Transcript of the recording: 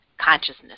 consciousness